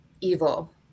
evil